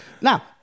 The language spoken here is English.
now